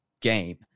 game